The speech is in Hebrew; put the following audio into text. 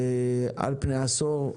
על פני עשור.